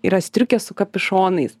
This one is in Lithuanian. yra striukės su kapišonais